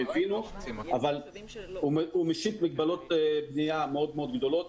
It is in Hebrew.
הם הבינו אבל הוא משית מגבלות בנייה מאוד מאוד גדולות,